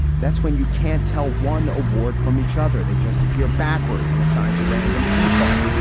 that's when you can't tell one award from each other. they just appear backwards and assign to random people.